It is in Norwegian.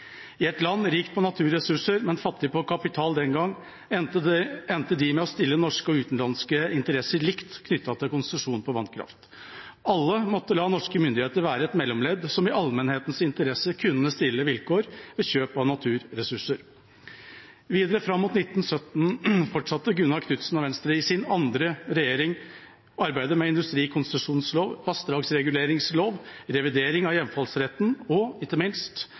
I et land rikt på naturressurser, men fattig på kapital den gang, endte de med å stille norske og utenlandske interesser likt knyttet til konsesjon på vannkraft. Alle måtte la norske myndigheter være et mellomledd som i allmennhetens interesse kunne stille vilkår ved kjøp av naturressurser. Videre fram mot 1917 fortsatte Gunnar Knudsen og Venstre i sin andre regjering arbeidet med industrikonsesjonsloven, vassdragsreguleringsloven, revidering av hjemfallsretten og, ikke minst,